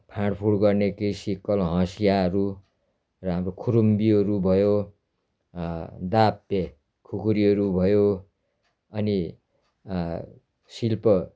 फाँडफुँड गर्ने केही सिक्कल हँसियाहरू र हाम्रो खुरुम्बीहरू भयो दापे खुकुरीहरू भयो अनि शिल्प